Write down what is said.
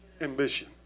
ambition